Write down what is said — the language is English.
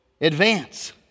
advance